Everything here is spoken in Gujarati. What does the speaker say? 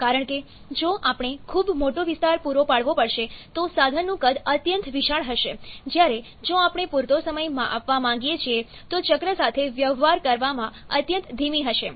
કારણ કે જો આપણે ખૂબ મોટો વિસ્તાર પૂરો પાડવો પડશે તો સાધનનું કદ અત્યંત વિશાળ હશે જ્યારે જો આપણે પૂરતો સમય આપવા માંગીએ છીએ તો ચક્ર સાથે વ્યવહાર કરવામાં અત્યંત ધીમી હશે